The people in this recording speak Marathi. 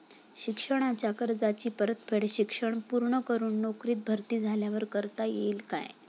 शिक्षणाच्या कर्जाची परतफेड शिक्षण पूर्ण करून नोकरीत भरती झाल्यावर करता येईल काय?